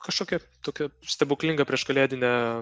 kažkokia tokia stebuklinga prieškalėdinė